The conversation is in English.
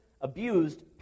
abused